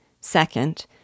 Second